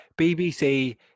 BBC